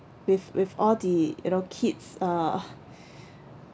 with with all the you know kids uh